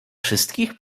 wszystkich